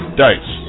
dice